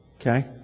Okay